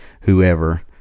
whoever